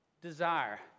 Desire